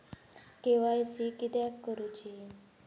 KYC किदयाक करूची?